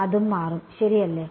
അത് മാറും ശരിയല്ലേ